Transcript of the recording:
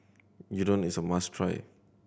udon is a must try